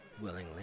willingly